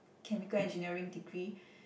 chemical engineering degree